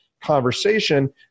conversation